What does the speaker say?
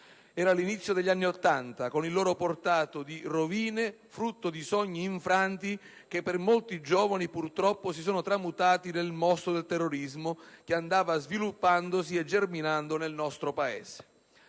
era l'inizio degli anni Ottanta, con il loro portato di rovine, frutto di sogni infranti, che per molti giovani, purtroppo, si sono tramutati nel mostro del terrorismo, che andava sviluppandosi e germinando nel nostro Paese.